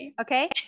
okay